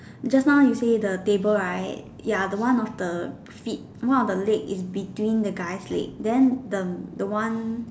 just now you say the table right ya the one of the feet one of the leg is between the guy's leg then the the one